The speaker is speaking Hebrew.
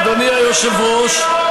אדוני היושב-ראש,